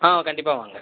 ஆ கண்டிப்பாக வாங்க